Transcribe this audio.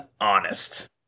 honest